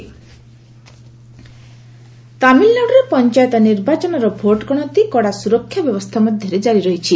TN counting ତାମିଲ୍ନାଡ଼ୁରେ ପଞ୍ଚାୟତ ନିର୍ବାଚନର ଭୋଟ୍ଗଣତି କଡ଼ା ସୁରକ୍ଷା ବ୍ୟବସ୍ଥା ମଧ୍ୟରେ କାରି ରହିଛି